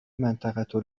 منطقه